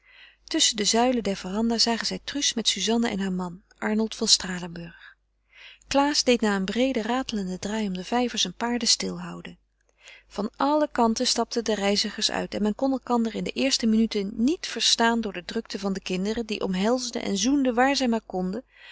tusschen de zuilen der verandah zagen zij truus met suzanna en haar man arnold van stralenburg klaas deed na een breeden ratelenden draai om den vijver zijn paarden stil houden van alle kanten stapten de reizigers uit en men kon elkander in de eerste minuten niet verstaan door de drukte der kinderen die omhelsden en zoenden waar zij maar konden